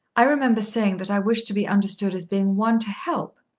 i remember saying that i wished to be understood as being one to help.